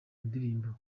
ndirimbo